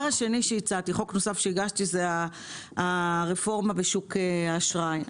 חוק נוסף שהגשתי הוא הרפורמה בשוק האשראי.